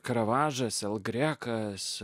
karavadžas el grekas